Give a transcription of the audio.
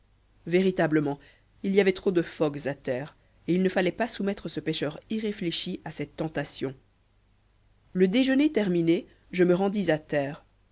véritablement il y avait trop de phoques à terre et il ne fallait pas soumettre ce pêcheur irréfléchi à cette tentation le déjeuner terminé je me rendis à terre